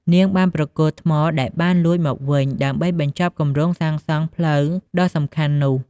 នាងបានប្រគល់ថ្មដែលបានលួចមកវិញ ដើម្បីបញ្ចប់គម្រោងសាងសង់ផ្លូវដ៏សំខាន់នោះ។